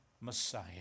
Messiah